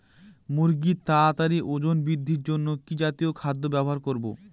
মুরগীর তাড়াতাড়ি ওজন বৃদ্ধির জন্য কি জাতীয় খাদ্য ব্যবহার করব?